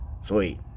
sweet